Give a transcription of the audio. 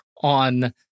on